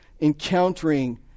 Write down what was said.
encountering